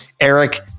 Eric